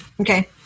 Okay